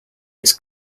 its